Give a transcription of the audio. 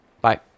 Bye